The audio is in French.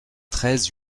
treize